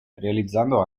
realizzando